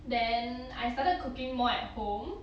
then I started cooking more at home